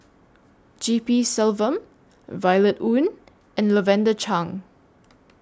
G P Selvam Violet Oon and Lavender Chang